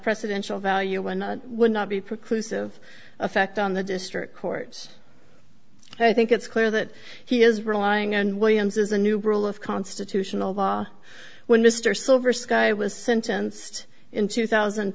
presidential value and would not be precluded of effect on the district court i think it's clear that he is relying on williams is a new girl of constitutional law when mr silver sky was sentenced in two thousand